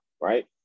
right